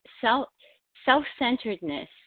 self-centeredness